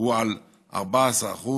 על 14%,